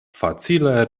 facile